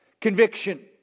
conviction